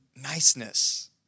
niceness